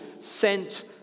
sent